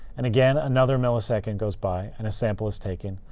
and again, another millisecond goes by, and a sample is taken.